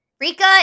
Rika